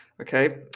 Okay